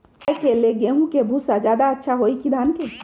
गाय के ले गेंहू के भूसा ज्यादा अच्छा होई की धान के?